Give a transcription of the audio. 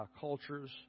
Cultures